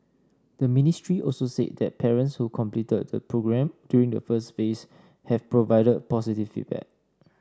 the ministry also said that parents who completed the programme during the first phase have provided positive feedback